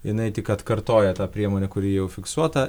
jinai tik atkartoja tą priemonę kuri jau fiksuota